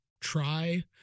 try